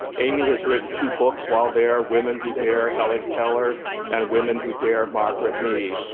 aimee has written two books while there, women who dare, helen keller and women who dare, margaret mead.